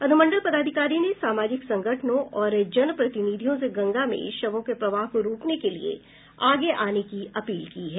अनुमंडल पदाधिकारी ने सामाजिक संगठनों और जन प्रतिनिधियों से गंगा में शवों के प्रवाह को रोकने के लिये आगे आने की अपील की है